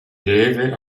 deve